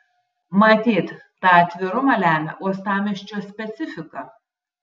matyt tą atvirumą lemia uostamiesčio specifika